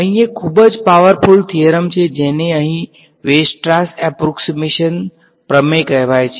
અહીં એક ખૂબ જ પાવરફુલ થીયરમ છે જેને અહીં વીયરસ્ટ્રાસ એપ્રોક્સિમેશન પ્રમેય કહેવાય છે